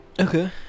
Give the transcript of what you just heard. okay